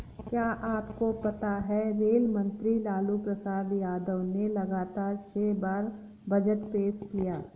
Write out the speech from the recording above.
क्या आपको पता है रेल मंत्री लालू प्रसाद यादव ने लगातार छह बार बजट पेश किया?